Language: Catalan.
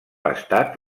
estat